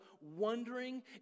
wondering